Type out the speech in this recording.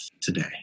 today